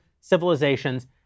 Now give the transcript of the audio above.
civilizations